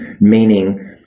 meaning